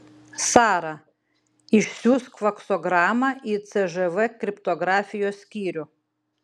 sara išsiųsk faksogramą į cžv kriptografijos skyrių